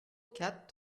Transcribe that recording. quatre